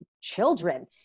children